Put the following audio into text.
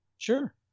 Sure